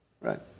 Right